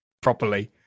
properly